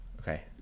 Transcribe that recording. okay